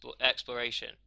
exploration